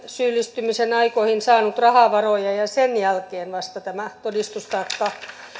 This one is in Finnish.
syyllistymisen aikoihin saanut rahavaroja ja ja sen jälkeen vasta tämä todistustaakka